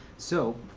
so